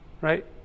right